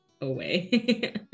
away